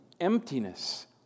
emptiness